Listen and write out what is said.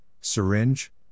syringe